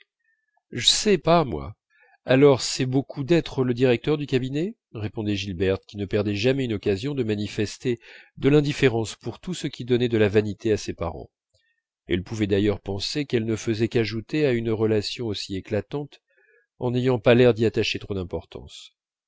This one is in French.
cabinet j'sais pas moi alors c'est beaucoup d'être le directeur du cabinet répondait gilberte qui ne perdait jamais une occasion de manifester de l'indifférence pour tout ce qui donnait de la vanité à ses parents elle pouvait d'ailleurs penser qu'elle ne faisait qu'ajouter à une relation aussi éclatante en n'ayant pas l'air d'y attacher trop d'importance